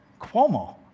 Cuomo